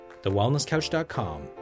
TheWellnessCouch.com